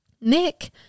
Nick